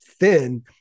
thin